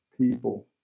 people